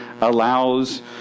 allows